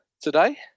today